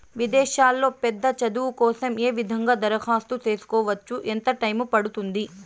విదేశాల్లో పెద్ద చదువు కోసం ఏ విధంగా దరఖాస్తు సేసుకోవచ్చు? ఎంత టైము పడుతుంది?